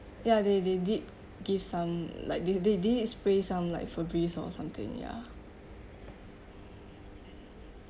ya they they did give some like they they did spray some like Febreze or something ya